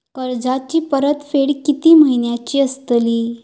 कर्जाची परतफेड कीती महिन्याची असतली?